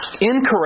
Incorrect